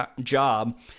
job